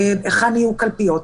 היכן תהיינה קלפיות.